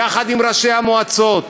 יחד עם ראשי המועצות,